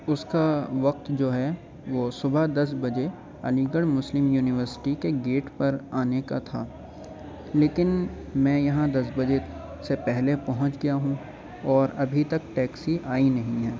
اس کا وقت جو ہے وہ صبح دس بجے علی گڑھ مسلم یونیورسٹی کے گیٹ پر آنے کا تھا لیکن میں یہاں دس بجے سے پہلے پہنچ گیا ہوں اور ابھی تک ٹیکسی آئی نہیں ہے